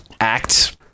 act